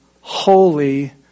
holy